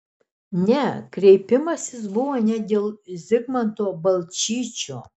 ne kreipimasis buvo ne dėl zigmanto balčyčio